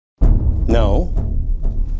No